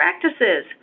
practices